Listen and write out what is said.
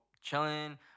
chilling